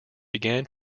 begin